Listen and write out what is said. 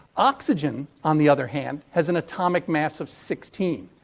oxygen, on the other hand, has an atomic mass of sixteen.